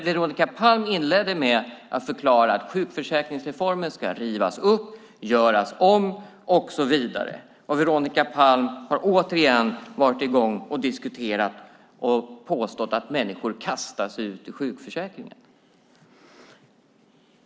Veronica Palm inledde med att förklara att sjukförsäkringsreformen ska rivas upp, göras om och så vidare. Veronica Palm har återigen påstått att människor kastas ut ur sjukförsäkringen.